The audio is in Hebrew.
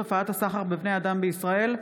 התשפ"ב 2022,